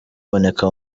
iboneka